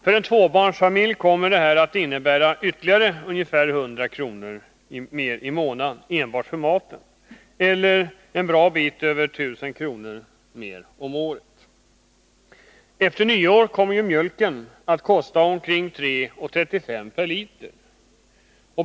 För en tvåbarnsfamilj kommer detta att innebära ytterligare ca 100 kr. i månaden enbart för maten, eller över 1000 kr. mer om året. Efter nyår kommer ju mjölken att kosta omkring 3:35 kr. per liter.